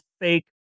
fake